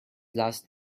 last